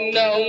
no